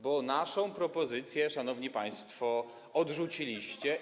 Bo naszą propozycję, szanowni państwo, odrzuciliście.